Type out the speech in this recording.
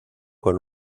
con